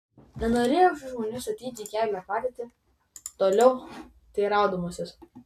nenorėjau šių žmonių statyti į keblią padėtį toliau teiraudamasis